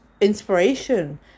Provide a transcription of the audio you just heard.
inspiration